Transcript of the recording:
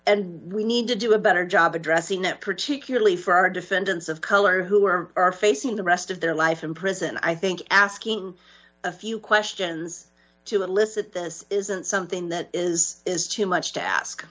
and we need to do a better job addressing it particularly for our defendants of color who are facing the rest of their life in prison i think asking a few questions to elicit this isn't something that is is too much to ask